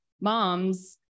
moms